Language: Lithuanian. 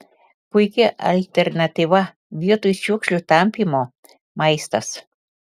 puiki alternatyva vietoj šiukšlių tampymo maistas